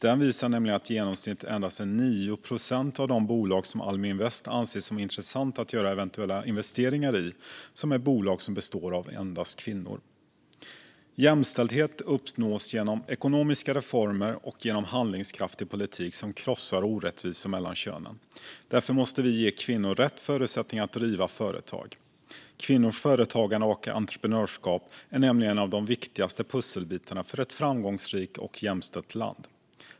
Den visar nämligen att det i genomsnitt endast är 9 procent av de bolag som Almi Invest anser som intressanta att göra eventuella investeringar i som är bolag som består av endast kvinnor. Jämställdhet uppnås genom ekonomiska reformer och genom handlingskraftig politik som krossar orättvisor mellan könen. Därför måste vi ge kvinnor rätt förutsättningar att driva företag. Kvinnors företagande och entreprenörskap är nämligen en av de viktigaste pusselbitarna för ett framgångsrikt och jämställt land.